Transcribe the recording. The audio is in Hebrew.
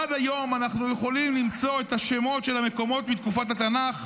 עד היום אנחנו יכולים למצוא את השמות של המקומות מתקופת התנ"ך,